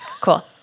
Cool